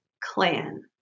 clan